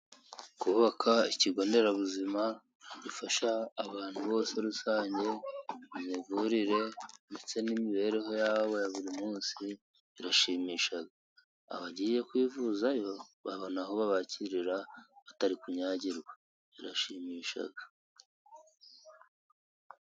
Kubaka ikigonderabuzima gifasha abantu bose rusange mu mivurire ndetse n'imibereho yabo ya buri munsi birashimisha. Abagiye kwivuzayo babona aho babakirira batari kunyagirwa birashimisha.